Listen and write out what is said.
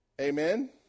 Amen